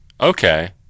Okay